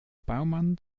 baumann